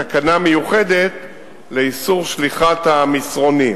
תקנה מיוחדת לאיסור שליחת מסרונים,